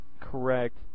correct